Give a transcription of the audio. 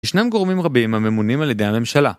ישנם גורמים רבים הממונים על ידי הממשלה.